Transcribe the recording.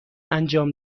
انجام